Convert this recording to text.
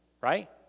right